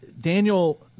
Daniel